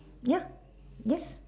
ya ya